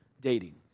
dating